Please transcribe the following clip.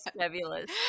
fabulous